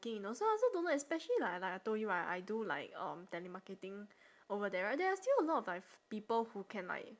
~ing you know so I also don't know especially like like I told you I I do like um telemarketing over there right there are still a lot of like f~ people who can like